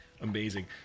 amazing